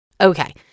Okay